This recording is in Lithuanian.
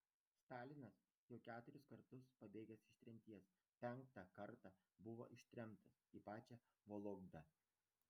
stalinas jau keturis kartus pabėgęs iš tremties penktą kartą buvo ištremtas į pačią vologdą